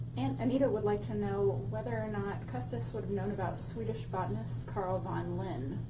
and anita would like to know whether or not custis would've known about swedish botanist carl von linne.